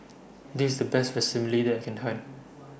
This IS The Best Vermicelli that I Can Find